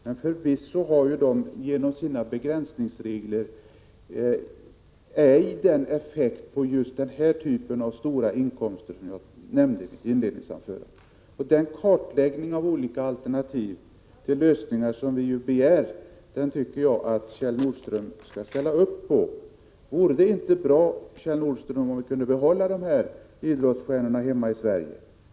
Genom begränsningsreglerna har dessa förvisso ej någon effekt när det gäller just den typ av stora inkomster som jag nämnde i mitt huvudanförande. Den kartläggning av olika alternativ till lösningar som vi begär tycker jag att Kjell Nordström skall ställa upp på. Vore det inte bra, Kjell Nordström, om vi kunde få behålla idrottsstjärnorna här i Sverige?